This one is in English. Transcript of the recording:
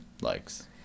likes